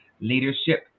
Leadership